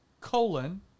Colon